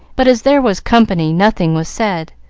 but as there was company nothing was said,